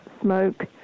smoke